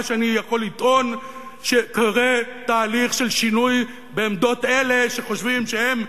מה שאני יכול לטעון הוא שקורה תהליך של שינוי בעמדות אלה שחושבים שהם,